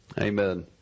Amen